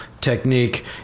technique